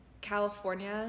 California